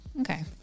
Okay